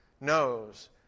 knows